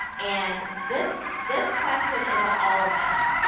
and this, this question is an all or none.